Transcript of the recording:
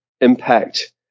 impact